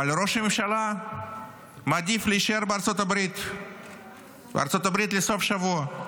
אבל ראש הממשלה מעדיף להישאר בארצות הברית לסוף שבוע.